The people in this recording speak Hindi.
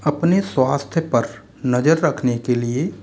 अपने स्वास्थ्य पर नज़र रखने के लिए